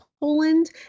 Poland